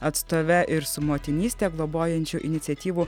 atstove ir su motinystę globojančių iniciatyvų